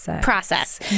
process